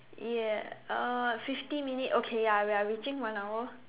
ya uh fifty minute okay ya we are reaching one hour